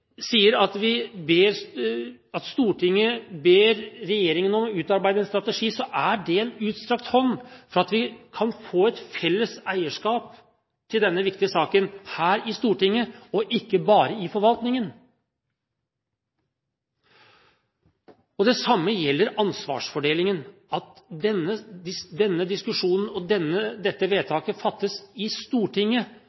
sier at Stortinget ber regjeringen om å utarbeide en strategi, er det en utstrakt hånd for at vi kan få et felles eierskap til denne viktige saken her i Stortinget og ikke bare i forvaltningen. Det samme gjelder ansvarsfordelingen – at denne diskusjonen og dette vedtaket fattes i Stortinget, for at også Stortinget skal ha et medeierskap og